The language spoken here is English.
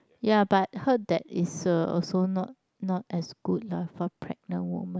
ya but heard that is uh also not not as good lah for pregnant women